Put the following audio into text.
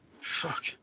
Fuck